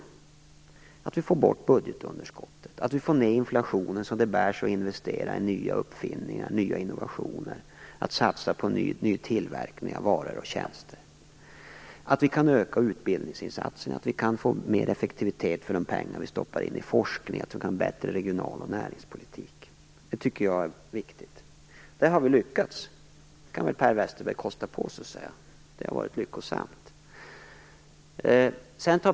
Vi måste få bort budgetunderskottet och få ned inflationen så att det bär sig att investera i nya uppfinningar och nya innovationer och satsa på ny tillverkning av varor och tjänster. Vi måste kunna öka utbildningsinsatserna och få mer effektivitet för de pengar vi stoppar in i forskning. Vi måste få en bättre regional och näringspolitik. Det tycker jag är viktig, och där har vi lyckats. Per Westerberg kan väl kosta på sig att säga att det har varit lyckosamt.